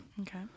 Okay